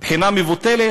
הבחינה מבוטלת.